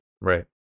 Right